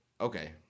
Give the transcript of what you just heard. okay